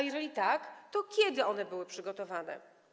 Jeżeli tak, to kiedy one były przygotowane?